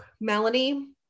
Melanie